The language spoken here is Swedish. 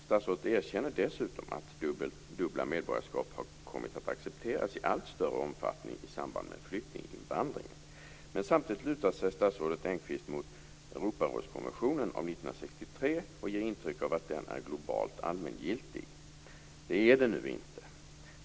Statsrådet erkänner dessutom att dubbla medborgarskap har kommit att accepteras i allt större omfattning i samband med flyktinginvandringen. Samtidigt lutar sig statsrådet Engqvist mot Europarådskonventionen från 1963 och ger intrycket av att den är globalt allmängiltig. Det är den nu inte.